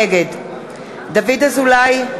נגד דוד אזולאי,